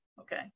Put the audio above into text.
Okay